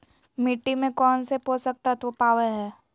मिट्टी में कौन से पोषक तत्व पावय हैय?